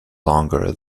longer